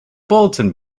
bulletin